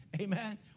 amen